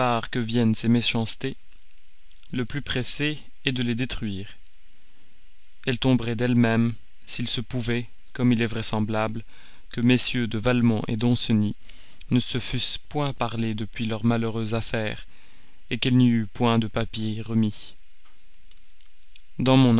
que viennent ces méchancetés le plus pressé est de les détruire elles tomberaient d'elles-mêmes s'il se trouvait comme il est vraisemblable que mm de valmont danceny ne se fussent point parlé depuis leur malheureuse affaire qu'il n'y eût pas eu de papiers remis dans mon